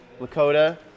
Lakota